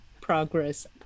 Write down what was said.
progress